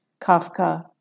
Kafka